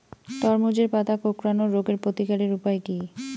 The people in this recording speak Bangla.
তরমুজের পাতা কোঁকড়ানো রোগের প্রতিকারের উপায় কী?